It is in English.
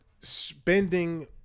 spending